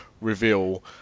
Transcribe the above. reveal